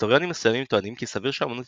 היסטוריונים מסוימים טוענים כי סביר שהאמנות